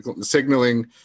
signaling